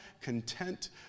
content